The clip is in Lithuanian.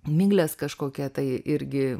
miglės kažkokia tai irgi